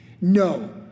No